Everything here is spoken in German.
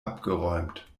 abgeräumt